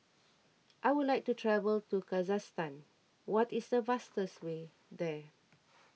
I would like to travel to Kazakhstan what is the fastest way there